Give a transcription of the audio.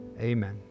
Amen